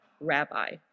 rabbi